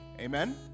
amen